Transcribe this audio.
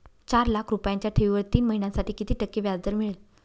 चार लाख रुपयांच्या ठेवीवर तीन महिन्यांसाठी किती टक्के व्याजदर मिळेल?